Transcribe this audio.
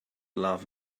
love